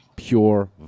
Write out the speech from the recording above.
Pure